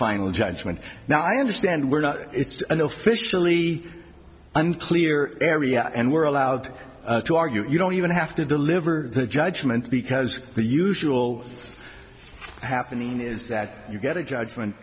final judgment now i understand we're not it's an officially unclear area and we're allowed to argue you don't even have to deliver the judgment because the usual happening is that you get a judgment